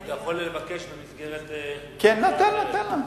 אתה יכול לבקש במסגרת, כן, תן לו, תן לו.